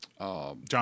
John